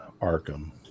Arkham